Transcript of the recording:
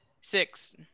Six